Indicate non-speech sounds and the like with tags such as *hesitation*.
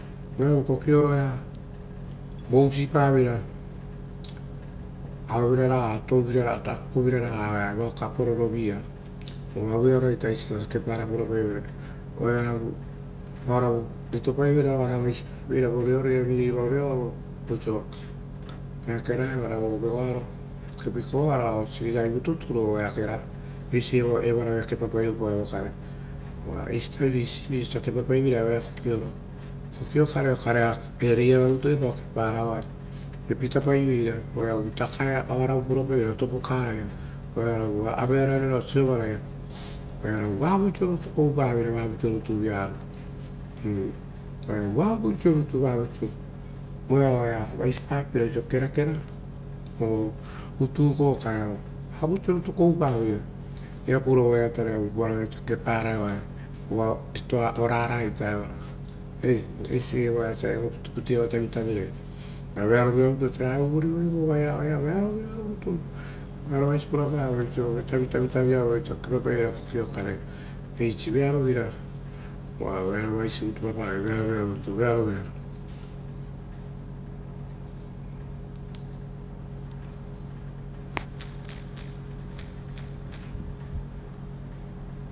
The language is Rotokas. Oearovu kokiora oea vo usipa veira auevira raga touvira raga akukuvira raga, vo evao kapororoviia. uva aue ia va eisi ita osa kepara purapaiveira oearovu oaravu oaravu ritopaiveira oara vaisipapeira voreoia vigei voreoaro oisio eakera evara vo vegoaro kepiko ara oo siirai vututuro oaraia eisi evaraia kepa paiepao evokare oisiari eisi ita kepa paivopao evo kare kokio kare. Kokio kare okarea reiara rutu e pao kepara, epitapaiveira oeavu oeavu oarau purapaiveira topukara ia oearovu oveara sovaraia, oearovu avoisio rutu koupaveira, vavoisio rutu vieaoro *hesitation* oa vavoisio rutu vavoi sio voeao oea vaisipapeira oisio kerakera oo utuko kare oea vavoisio rutu koupaveira viaparei voeaia taraiu vao raga osia keparaita evara ova rito orava ita evara eisi. Eisie evara evo pitupitu iava tavitavirai uva vea rovira rutu osia ragai uvurivoi vo ovaeaia vea rovira rutu, vearovaisi pura pavoi vosa vi tavitaviavoi osa kepaa paiveira kokikare eisi vea roviravaisi vi rutu pura pavoi, eisi vearovira. *noise*